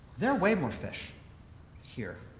there are way more fish here.